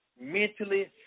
mentally